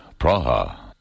Praha